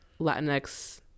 Latinx